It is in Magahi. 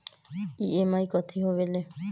ई.एम.आई कथी होवेले?